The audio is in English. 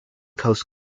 coast